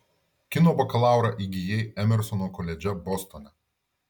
kino bakalaurą įgijai emersono koledže bostone